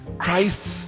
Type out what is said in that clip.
Christ